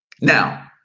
Now